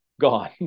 gone